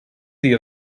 dia